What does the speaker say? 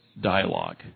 dialogue